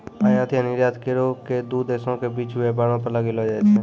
आयात या निर्यात करो के दू देशो के बीच व्यापारो पर लगैलो जाय छै